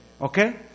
Okay